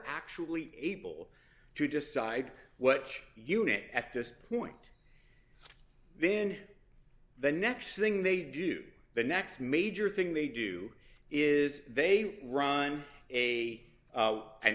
actually able to decide what unit at this point then the next thing they do the next major thing they do is they run a